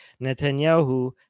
Netanyahu